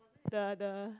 the the